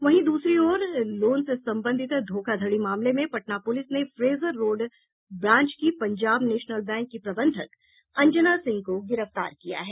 वहीं दूसरी ओर लोन से संबंधित धोखाधड़ी मामले में पटना पुलिस ने फ्रेजर रोड ब्रांच की पंजाब नेशनल बैंक की प्रबंधक अंजना सिंह को गिरफ्तार किया है